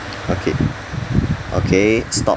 okay okay stop